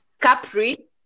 Capri